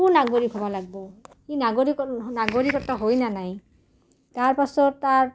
সু নাগৰিক হ'ব লাগব' নাই তাৰপাছত তাৰ